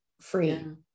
free